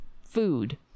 food